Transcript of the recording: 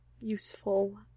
useful